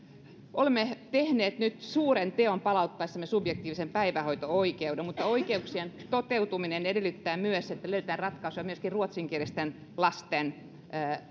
olemme tehneet nyt suuren teon palauttaessamme subjektiivisen päivähoito oikeuden mutta oikeuksien toteutuminen edellyttää myös että löydetään ratkaisuja myöskin ruotsinkielisten lasten